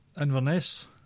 Inverness